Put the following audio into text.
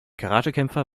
karatekämpfer